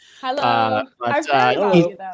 Hello